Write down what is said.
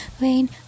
Rain